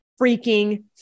freaking